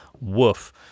Woof